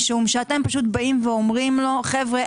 משום שאתם פשוט באים ואומרים לו: חבר'ה,